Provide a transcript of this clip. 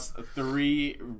three